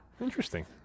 Interesting